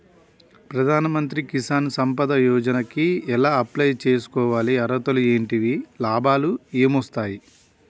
ప్రధాన మంత్రి కిసాన్ సంపద యోజన కి ఎలా అప్లయ్ చేసుకోవాలి? అర్హతలు ఏంటివి? లాభాలు ఏమొస్తాయి?